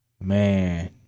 man –